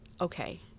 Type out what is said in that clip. Okay